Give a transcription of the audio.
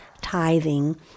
tithing